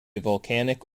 volcanic